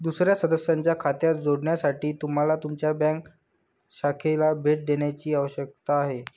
दुसर्या सदस्याच्या खात्यात जोडण्यासाठी तुम्हाला तुमच्या बँक शाखेला भेट देण्याची आवश्यकता आहे